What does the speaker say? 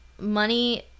Money